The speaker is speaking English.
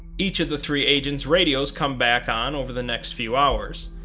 each of the three agents radios come back on over the next few hours,